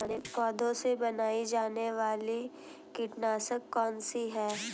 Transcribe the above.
पौधों से बनाई जाने वाली कीटनाशक कौन सी है?